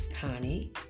Connie